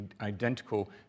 identical